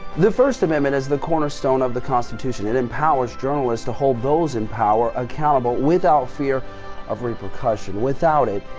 the first amendment is the cornerstone of the constitution. it empowers journalists to hold those in power accountable without fear of repercussion without it.